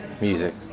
music